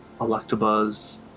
Electabuzz